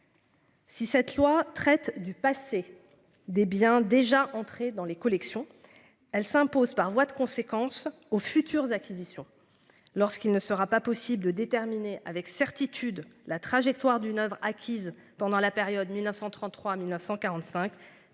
Si cette loi traite du passé des biens déjà entré dans les collections. Elle s'impose par voie de conséquence aux futures acquisitions lorsqu'il ne sera pas possible de déterminer avec certitude la trajectoire d'une oeuvre acquise pendant la période 1933 1945.